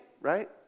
right